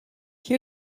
you